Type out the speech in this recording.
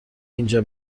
اینجا